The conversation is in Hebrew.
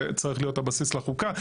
וצריך להיות הבסיס לחוקה.